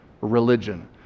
religion